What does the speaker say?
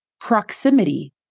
proximity